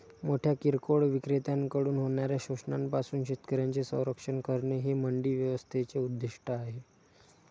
मोठ्या किरकोळ विक्रेत्यांकडून होणाऱ्या शोषणापासून शेतकऱ्यांचे संरक्षण करणे हे मंडी व्यवस्थेचे उद्दिष्ट आहे